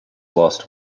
lost